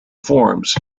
forms